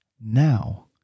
now